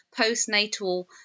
postnatal